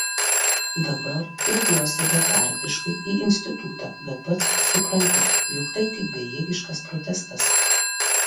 dabar kreipiuosi betarpiškai į institutą bet pats supranti jog tai tik bejėgiškas protestas